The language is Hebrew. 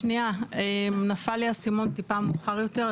שנייה, נפל לי האסימון טיפה מאוחר יותר.